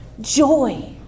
joy